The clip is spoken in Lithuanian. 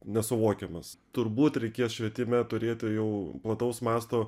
nesuvokiamas turbūt reikės švietime turėti jau plataus masto